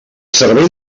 servei